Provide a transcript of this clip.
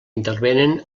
intervenen